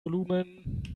volumen